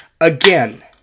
Again